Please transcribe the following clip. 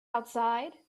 outside